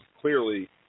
clearly